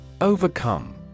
Overcome